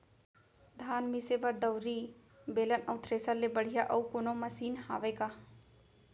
धान मिसे बर दउरी, बेलन अऊ थ्रेसर ले बढ़िया अऊ कोनो मशीन हावे का?